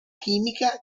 chimica